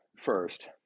first